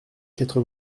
quatre